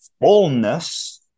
fullness